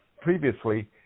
previously